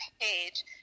page